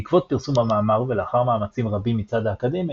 בעקבות פרסום המאמר ולאחר מאמצים רבים מצד האקדמיה